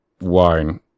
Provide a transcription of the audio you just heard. wine